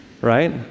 right